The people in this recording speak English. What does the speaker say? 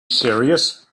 serious